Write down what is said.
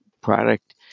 product